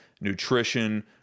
nutrition